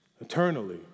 eternally